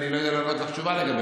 ואני לא יודע לענות לך תשובה לגביהן.